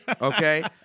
Okay